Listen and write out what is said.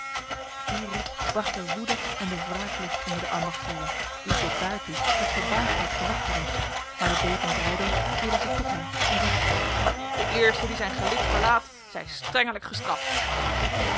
die roep bracht de woede en de wraaklust onder de ambachtslieden die tot daar toe met verbaasdheid gewacht hadden maar de deken breydel keerde zich tot hen en riep de eerste die zijn gelid verlaat zij strengelijk gestraft